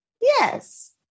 Yes